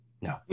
No